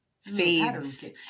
fades